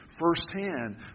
firsthand